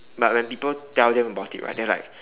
but when people tell them about it right they're like